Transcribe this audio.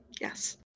yes